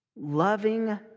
loving